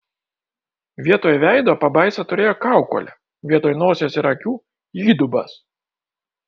vietoj veido pabaisa turėjo kaukolę vietoj nosies ir akių įdubas